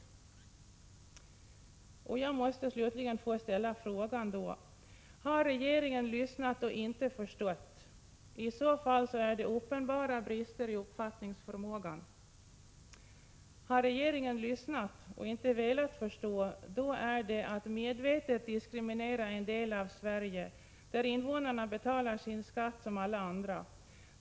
Jag måste få ställa frågan: Har regeringen lyssnat och inte förstått? I så fall är det uppenbara brister i uppfattningsförmågan. Har regeringen lyssnat och inte velat förstå, då är det att medvetet diskriminera en del av Sverige, där invånarna betalar sin skatt som alla andra.